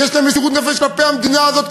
שיש להם מסירות נפש כלפי המדינה הזאת,